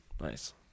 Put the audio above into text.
Nice